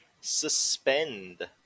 Suspend